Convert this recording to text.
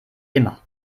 immer